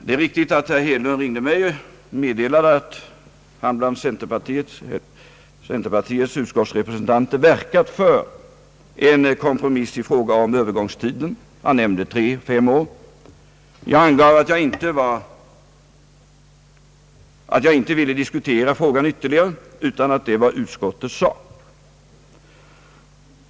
Det är riktigt att herr Hedlund ringde upp mig och meddelade att han bland centerpartiets utskottsrepresentanter verkat för en kompromiss i fråga om övergångstiden. Han nämnde tre resp. fem år. Jag sade att jag inte ville diskutera frågan ytterligare, utan att det var utskottets sak.